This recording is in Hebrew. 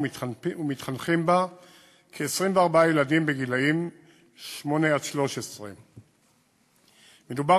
ומתחנכים בה כ-24 ילדים בגילים שמונה עד 13. מדובר